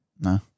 No